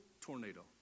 tornado